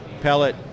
pellet